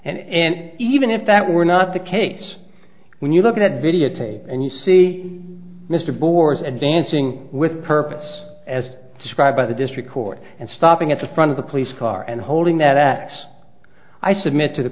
and even if that were not the case when you look at videotape and you see mr boars advancing with purpose as described by the district court and stopping at the front of the cli's car and holding that ax i submit to the